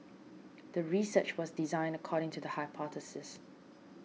the research was designed according to the hypothesis